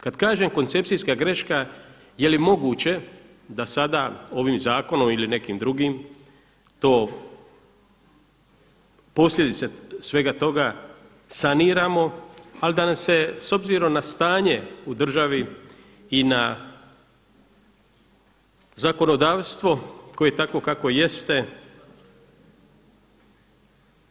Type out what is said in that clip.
Kada kažem koncepcijska greška je li moguće da sada ovim zakonom ili nekim drugim to, posljedice svega toga saniramo ali da nam se s obzirom na stanje u državi i na zakonodavstvo koje je takvo kakvo jeste